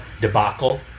debacle